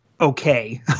okay